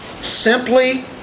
simply